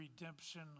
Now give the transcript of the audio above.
redemption